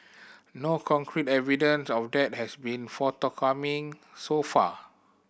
no concrete evidence of that has been forthcoming so far